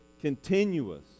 continuous